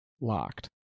locked